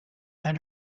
and